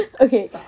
Okay